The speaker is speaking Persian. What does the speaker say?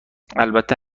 البته